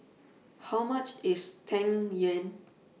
How much IS Tang Yuen